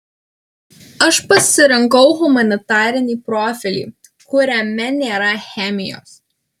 aš pasirinkau humanitarinį profilį kuriame nėra chemijos